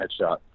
headshot